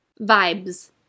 vibes